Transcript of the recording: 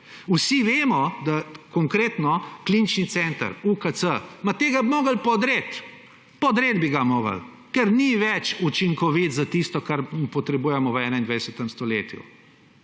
Vsi vemo, da konkretno klinični center, UKC, tega bi morali podreti. Podreti bi ga morali, ker ni več učinkovit za tisto, kar potrebujemo v 21. stoletju,